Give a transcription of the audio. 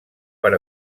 per